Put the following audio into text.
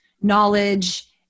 knowledge